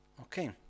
Okay